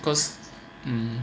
cause um